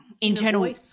internal